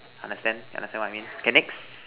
understand understand what I mean okay next